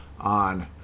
on